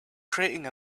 creating